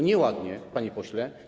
Nieładnie, panie pośle.